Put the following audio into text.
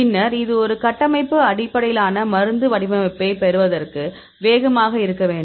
பின்னர் இது ஒரு கட்டமைப்பு அடிப்படையிலான மருந்து வடிவமைப்பைப் பெறுவதற்கு வேகமாக இருக்க வேண்டும்